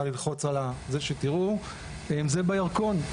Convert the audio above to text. זה בירקון.